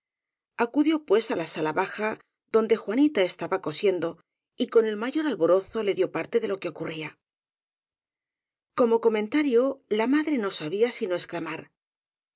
acudió pues á la sala baja donde juanita estaba cosiendo y con el mayor alborozo le dió parte de lo que ocurría como comentario la madre no sabía sino ex clamar